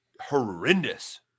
horrendous